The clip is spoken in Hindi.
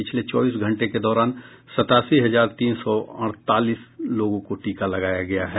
पिछले चौबीस घंटे के दौरान सतासी हजार तीन सौ अड़तालीस लोगों को टीका लगाया गया है